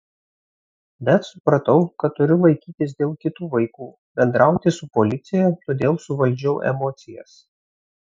bet supratau kad turiu laikytis dėl kitų vaikų bendrauti su policija todėl suvaldžiau emocijas